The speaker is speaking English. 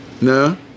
No